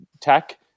tech